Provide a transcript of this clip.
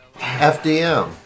FDM